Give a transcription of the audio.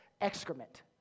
excrement